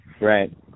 Right